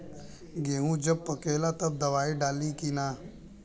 गेहूँ जब पकेला तब दवाई डाली की नाही?